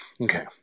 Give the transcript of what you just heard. Okay